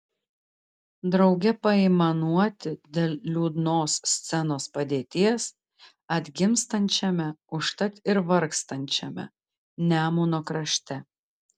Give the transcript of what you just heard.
drauge paaimanuoti dėl liūdnos scenos padėties atgimstančiame užtat ir vargstančiame nemuno krašte